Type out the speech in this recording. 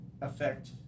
affect